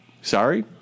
Sorry